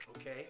okay